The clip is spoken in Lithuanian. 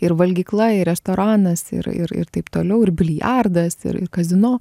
ir valgykla ir restoranas ir ir ir taip toliau ir biliardas ir ir kazino